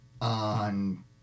on